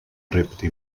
repte